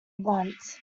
want